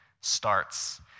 starts